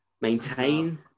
maintain